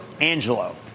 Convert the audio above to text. Angelo